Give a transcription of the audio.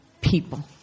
people